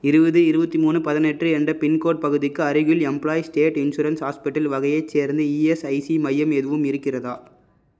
இருபது இருபத்தி மூணு பதினெட்டு என்ற பின்கோடு பகுதிக்கு அருகில் எம்ப்ளாயீஸ் ஸ்டேட் இன்சூரன்ஸ் ஹாஸ்பிட்டல் வகையைச் சேர்ந்த இஎஸ்ஐசி மையம் எதுவும் இருக்கிறதா